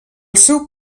seu